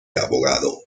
abogado